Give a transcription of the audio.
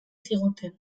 ziguten